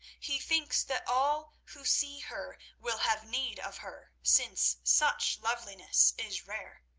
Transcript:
he thinks that all who see her will have need of her, since such loveliness is rare.